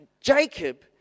Jacob